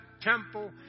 temple